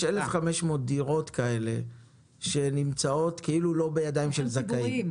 יש 1,500 דירות כאלה שנמצאות כאילו לא בידיים של זכאים.